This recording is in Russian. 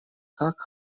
как